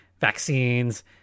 vaccines